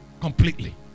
completely